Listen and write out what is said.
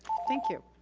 thank you.